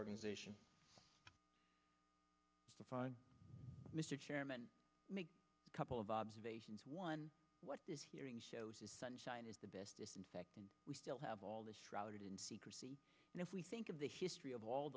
organization mr chairman make a couple of observations one what this hearing shows is sunshine is the best disinfectant we still have all the shrouded in secrecy and if we think of the history of all